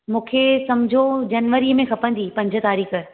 मूंखे समुझो जनवरी में खपंदी पंज तारीख़